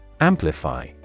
Amplify